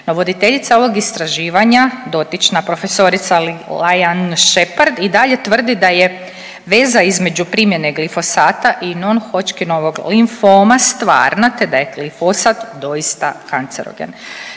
No, voditeljica ovog istraživanja dotična profesorica Laen Shepard i dalje tvrdi da je veza između primjene glifosata Ne-Hodgkinovog limfoma stvarna te da je glifosat doista kancerogen.